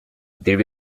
there